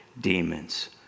demons